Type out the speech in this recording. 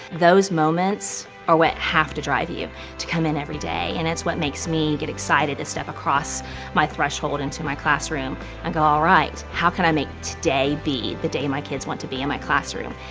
those moments are what have to drive you to come in everyday and it's what makes me get excited to step across my threshold into my classroom and go alright how can i make today be the day my kids want to be in my classroom.